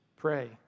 pray